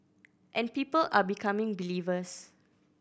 and people are becoming believers